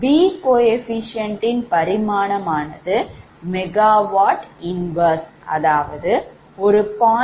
B குணகத்தின் பரிமாணம் MW 1 அதாவது 0